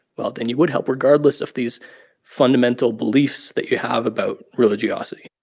well, then you would help regardless of these fundamental beliefs that you have about religiosity